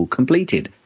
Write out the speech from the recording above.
completed